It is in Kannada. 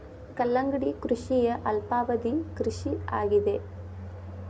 ಕಲ್ಲಂಗಡಿ ಕೃಷಿಯ ಅಲ್ಪಾವಧಿ ಕೃಷಿ ಆಗಿದೆ